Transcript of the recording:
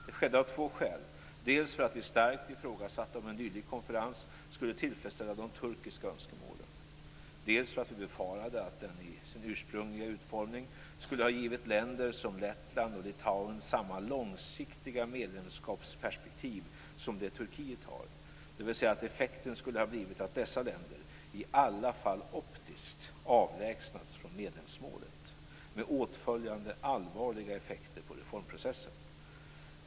Det skedde av två skäl, dels för att vi starkt ifrågasatte om en dylik konferens skulle tillfredsställa de turkiska önskemålen, dels för att vi befarade att den i sin ursprungliga utformning skulle ha givit länder som Lettland och Litauen samma långsiktiga medlemskapsperspektiv som det Turkiet har, dvs. att effekten skulle ha blivit att dessa länder i alla fall optiskt avlägsnats från medlemsmålet med åtföljande allvarliga effekter på reformprocessen.